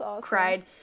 cried